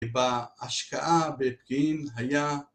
ובהשקעה בפקיעין היה